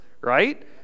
right